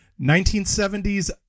1970s